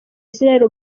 israel